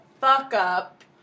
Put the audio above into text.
fuck-up